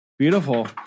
Beautiful